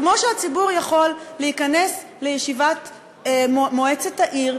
כמו שהציבור יכול להיכנס לישיבת מועצת העיר,